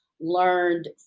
learned